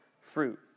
fruit